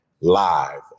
live